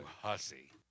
hussy